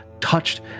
touched